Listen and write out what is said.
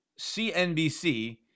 CNBC